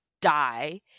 die